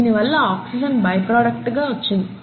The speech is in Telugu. దీని వాళ్ళ ఆక్సిజన్ బైప్రొడక్టు గా వచ్చింది